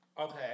Okay